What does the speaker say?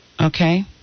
Okay